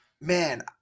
Man